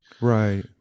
Right